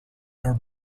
are